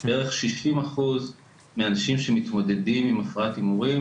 בערך 60% מהאנשים שמתמודדים עם הפרעת הימורים